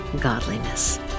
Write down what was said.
godliness